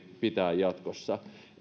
pitää jatkossa